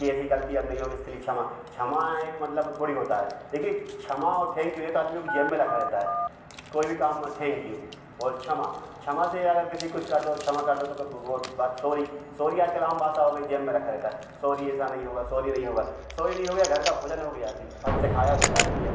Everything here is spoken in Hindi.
कि ऐसी ग़लती अब नहीं होगी उसके लिए क्षमा क्षमा एक मतलब थोड़ी होता है देखिए क्षमा और ठेेंक यू यह तो के जेब में रखा रहता है कोई भी काम हुआ ठेेंक यू और क्षमा क्षमा से अगर किसी को कुछ कर दो क्षमा कर दो तो बहुत बात सोरी सोरी आज कल आम भषा हो गई जेब में रखा रहता है सॉरी ऐसा नहीं होगा सोरी यह नहीं होगा सॉरी नहीं हो गया घर का भोजन हो गया फट से खाया निकाल दिया